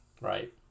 Right